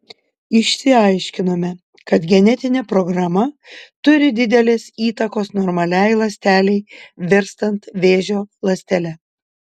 išsiaiškinome kad genetinė programa turi didelės įtakos normaliai ląstelei virstant vėžio ląstele